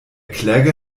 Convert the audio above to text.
kläger